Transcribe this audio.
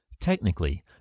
Technically